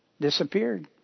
disappeared